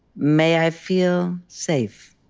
may i feel safe.